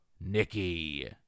nikki